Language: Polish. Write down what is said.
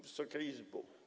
Wysoka Izbo!